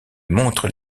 montrent